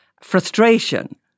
frustration